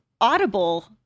audible